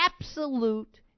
absolute